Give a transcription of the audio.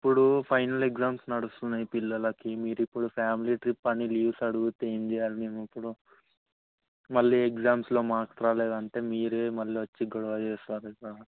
ఇప్పుడు final exams నడుస్తున్నాయి పిల్లలకి మీరు ఇప్పుడు ఫ్యామిలీ ట్రిప్ అని లీవ్స్ అడిగితే ఏం చేయాలి మేము ఇప్పుడు మళ్ళీ ఎగ్జామ్స్లో మార్క్స్ రాలేదు అంటే మీరే మళ్ళీ వచ్చి గొడవ చేస్తారు ఇక్కడ